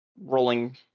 rolling